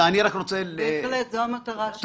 בהחלט, זאת המטרה שלנו.